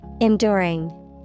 Enduring